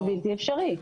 זה בלתי אפשרי.